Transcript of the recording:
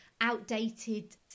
outdated